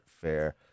fair